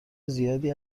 زیادی